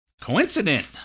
Coincident